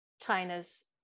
China's